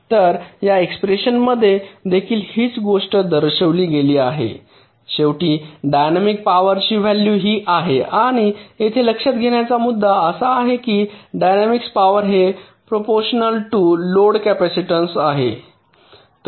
तर या एक्सप्रेशनमध्ये देखील हीच गोष्ट दर्शविली गेली आहे शेवटी डायनॅमिक पॉवर ची व्हॅल्यू हि आहे आणि येथे लक्षात घेण्याचा मुद्दा असा आहे की डायनॅमिक्स पॉवर हे प्रपोषनल टू लोड कॅपेसिटेन्स आहे